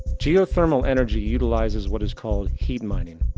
geothermal energy utilizes what is called heat mining.